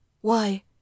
Why